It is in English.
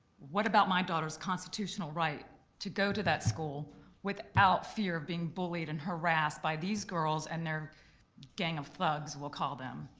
what about my daughter's constitutional right to go to that school without fear of being bullied and harassed by these girls and their gang of thugs we'll call them.